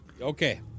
okay